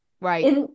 Right